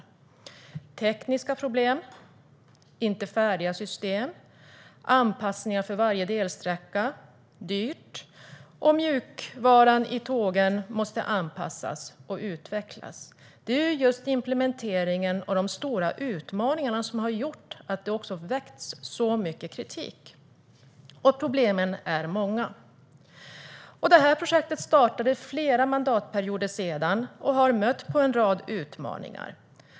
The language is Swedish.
Vi ser tekniska problem, system som inte är färdiga och anpassningar för varje delsträcka. Det blir dyrt. Mjukvaran i tågen måste anpassas och utvecklas. Det är just implementeringen och de stora utmaningarna som har gjort att det har väckts så mycket kritik. Problemen är många. Projektet startade för flera mandatperioder sedan, och det har mött en rad utmaningar.